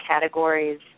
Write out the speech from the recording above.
categories